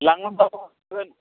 लांगोनब्लाबो मोनगोन